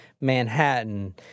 Manhattan